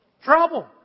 Trouble